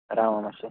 राव आं मात्शें